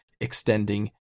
extending